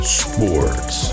sports